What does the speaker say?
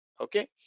okay